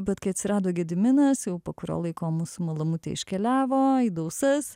bet kai atsirado gediminas jau po kurio laiko mūsų malamutė iškeliavo į dausas